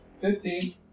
Fifteen